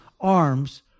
arms